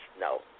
no